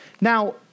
Now